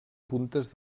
puntes